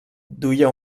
duia